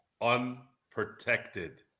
unprotected